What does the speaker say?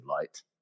light